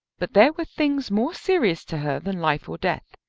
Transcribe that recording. but there were things more serious to her than life or death.